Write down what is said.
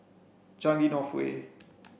Changi North Way